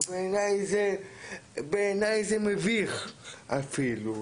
בעיניי זה מביך אפילו,